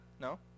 no